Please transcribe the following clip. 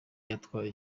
yatwaye